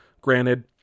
Granted